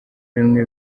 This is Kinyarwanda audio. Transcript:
bimwe